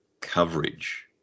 coverage